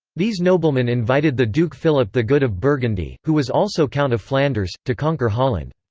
these noblemen invited the duke philip the good of burgundy who was also count of flanders to conquer holland.